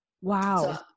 Wow